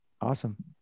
Awesome